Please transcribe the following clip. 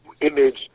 image